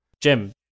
jim